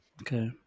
Okay